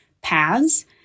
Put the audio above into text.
paths